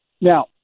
Now